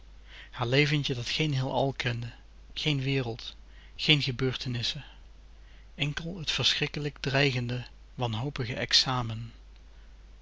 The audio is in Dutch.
haar leventje dat geen heelal kende geen wereld geen gebeurtenissen enkel het verschrikkelijk dreigende wanhopige e